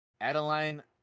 Adeline